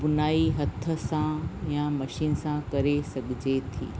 बुनाई हथ सां या मशीन सां करे सघिजे थी